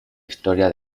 historia